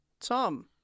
Tom